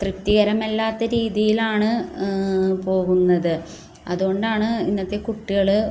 തൃപ്തികരമല്ലാത്ത രീതിയിലാണ് പോകുന്നത് അതുകൊണ്ടാണ് ഇന്നത്തെ കുട്ടികൾ